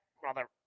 brother